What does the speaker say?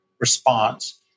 response